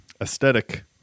aesthetic